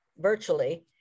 virtually